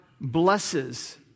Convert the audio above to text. blesses